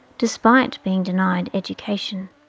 despite being denied education.